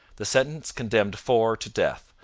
the sentence condemned four to death,